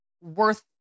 worth